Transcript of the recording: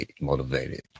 motivated